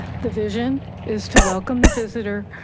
the vision is to welcome the visitor,